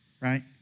right